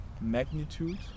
magnitude